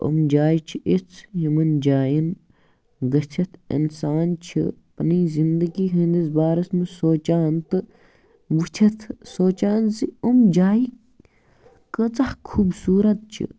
یِم جایہِ چھِ اِژھ یِمَن جایَن گژھِتھ اِنسان چھِ پَنٕںۍ زندگی ہٕنٛدِس بارَس منٛز سونچھان تہٕ وُچِتھ سونچھان زِ یِم جایہِ کۭژاہ خوٗبصوٗرَت چھِ